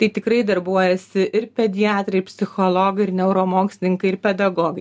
tai tikrai darbuojasi ir pediatrai psichologai ir neuromokslininkai ir pedagogai